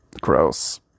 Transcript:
Gross